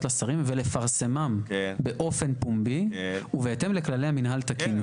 לשרים ולפרסמן באופן פומבי ובהתאם לכללי המינהל התקין".